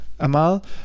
Amal